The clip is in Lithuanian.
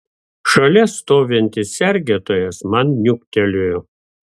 šalia stovintis sergėtojas man niuktelėjo